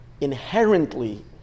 inherently